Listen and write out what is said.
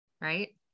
right